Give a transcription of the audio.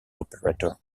operator